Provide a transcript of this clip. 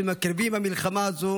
שמקריבים במלחמה הזאת